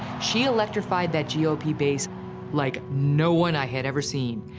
she electrified that g o p. base like no one i had ever seen,